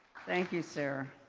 thank you sara.